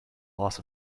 loss